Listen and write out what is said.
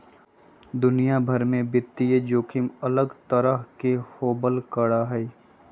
दुनिया भर में वित्तीय जोखिम अलग तरह के होबल करा हई